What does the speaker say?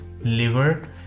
liver